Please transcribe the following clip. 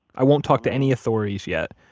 i won't talk to any authorities yet.